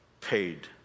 paid